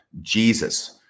Jesus